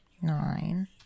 nine